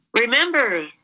Remember